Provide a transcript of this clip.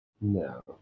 No